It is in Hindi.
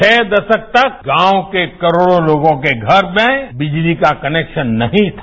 छह दशक तक गांव के करोड़ों लोगों के घर में बिजली का कनेक्शखन नहीं था